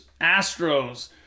astros